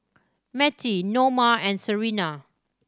Mettie Noma and Serina